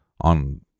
on